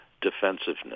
defensiveness